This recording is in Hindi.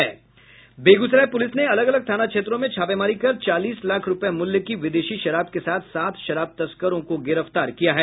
बेगूसराय पुलिस ने अलग अलग थाना क्षेत्रों में छापेमारी कर चालीस लाख रुपए मूल्य की विदेशी शराब के साथ सात शराब तस्करों को गिरफ्तार किया है